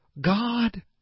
God